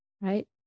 Right